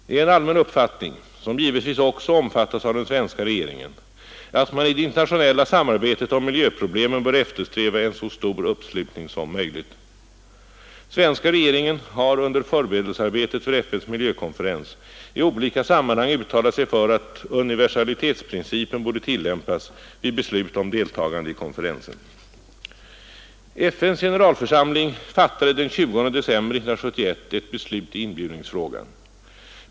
Det är en allmän uppfattning, som givetvis också omfattas av den svenska regeringen, att man i det internationella samarbetet om miljöproblemen bör eftersträva en så stor uppslutning som möjligt. Svenska regeringen har under förberedelsearbetet för FN:s miljökonferens i olika sammanhang uttalat sig för att universalitetsprincipen borde tillämpas vid beslut om deltagande i konferensen. FN:s generalförsamling fattade den 20 december 1971 ett beslut i inbjudningsfrågan.